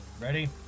Ready